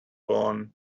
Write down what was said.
bone